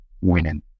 winning